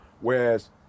whereas